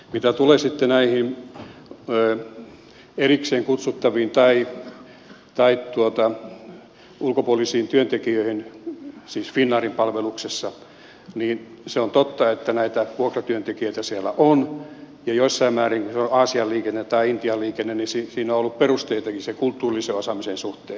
mitä tulee sitten näihin erikseen kutsuttaviin tai ulkopuolisiin työntekijöihin finnairin palveluksessa niin se on totta että näitä vuokratyöntekijöitä siellä on ja jossain määrin aasian liikenteessä tai intian liikenteessä on ollut perusteitakin sen kulttuurisen osaamisen suhteen